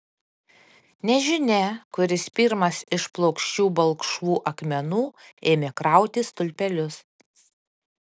nežinia kuris pirmas iš plokščių balkšvų akmenų ėmė krauti stulpelius